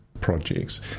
projects